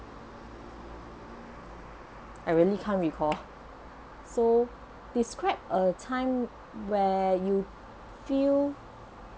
I really can't recall so describe a time where you feel